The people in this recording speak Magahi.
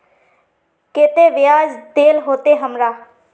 केते बियाज देल होते हमरा?